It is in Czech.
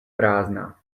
prázdná